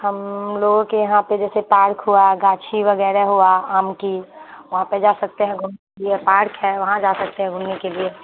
ہم لوگوں کے یہاں پہ جیسے پارک ہوا گاچھی وغیرہ ہوا آم کی وہاں پہ جا سکتے ہیں گھومنے کے لیے پارک ہے وہاں جا سکتے ہیں گھومنے کے لیے